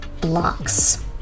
blocks